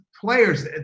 players